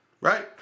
right